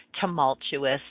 tumultuous